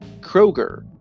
Kroger